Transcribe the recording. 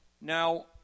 Now